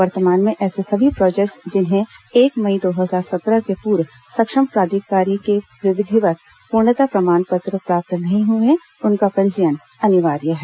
वर्तमान में ऐसे सभी प्रोजेक्ट्स जिन्हें एक मई दो हजार संत्रह के पूर्व सक्षम प्राधिकारी से विधिवत् पूर्णता प्रमाण पत्र प्राप्त नहीं हुए हैं उनका पंजीयन अनिवार्य है